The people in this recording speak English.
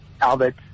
albert